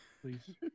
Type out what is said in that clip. please